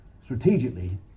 strategically